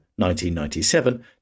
1997